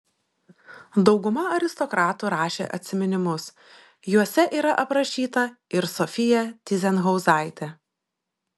dauguma aristokratų rašė atsiminimus juose yra aprašyta ir sofija tyzenhauzaitė